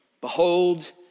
behold